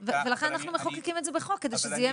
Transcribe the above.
ולכן אנחנו מחוקקים את זה בחוק כדי שזה יהיה